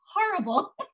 horrible